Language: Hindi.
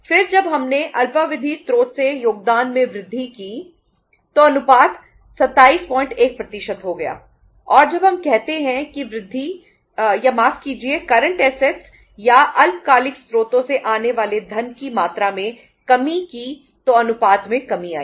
फिर जब हमने अल्पावधि स्रोतों से योगदान में वृद्धि की तो अनुपात 271 हो गया और जब हम कहते हैं कि वृद्धि या माफ कीजिए करंट ऐसेटस या अल्पकालिक स्रोतों से आने वाले धन की मात्रा में कमी की तो अनुपात में कमी आई